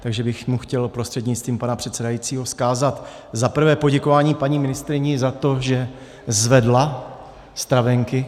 Takže bych chtěl, prostřednictvím pana předsedajícího vzkázat za prvé poděkování paní ministryni za to, že zvedla stravenky.